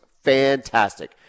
fantastic